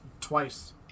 twice